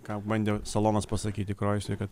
ką bandė salonas pasakyti koisui kad